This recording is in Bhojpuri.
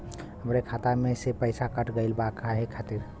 हमरे खाता में से पैसाकट गइल बा काहे खातिर?